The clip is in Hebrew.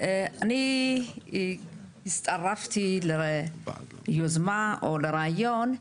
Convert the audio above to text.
אני הצטרפתי ליוזמה או לרעיון.